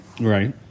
Right